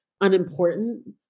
unimportant